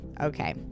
okay